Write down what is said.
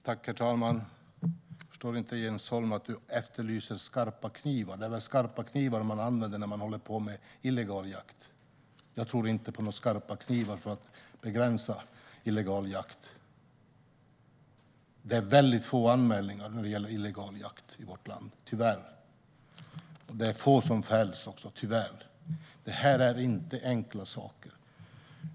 Herr talman! Jag förstår inte att Jens Holm efterlyser skarpa knivar. Det är väl skarpa knivar som man använder när man håller på med illegal jakt. Jag tror inte på några skarpa knivar för att begränsa illegal jakt. Det är väldigt få anmälningar om illegal jakt i vårt land, tyvärr. Det är också få som fälls, tyvärr. Det här är inte enkla saker.